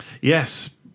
yes